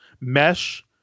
Mesh